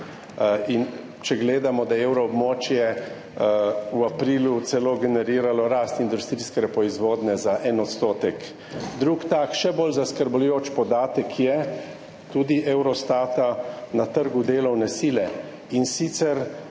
In če gledamo, da je evroobmočje v aprilu celo generiralo rast industrijske proizvodnje za 1 %. Drugi takšen, še bolj zaskrbljujoč podatek tudi Eurostata je na trgu delovne sile,